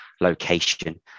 location